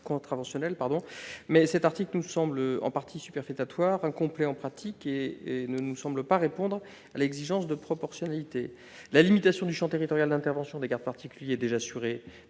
cet article nous semble en partie superfétatoire, incomplet en pratique et ne nous paraît pas répondre à l'exigence de proportionnalité. La limitation du champ territorial d'intervention des gardes particuliers est déjà assurée